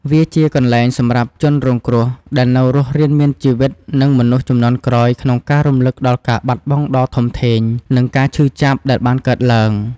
វាជាកន្លែងសម្រាប់ជនរងគ្រោះ អ្នកនៅរស់រានមានជីវិត និងមនុស្សជំនាន់ក្រោយក្នុងការរំលឹកដល់ការបាត់បង់ដ៏ធំធេង និងការឈឺចាប់ដែលបានកើតឡើង។